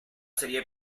serie